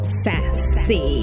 sassy